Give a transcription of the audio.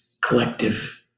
collective